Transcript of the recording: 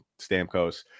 Stamkos